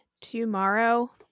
tomorrow